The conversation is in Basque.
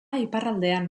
iparraldean